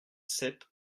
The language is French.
sept